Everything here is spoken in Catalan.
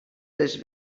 les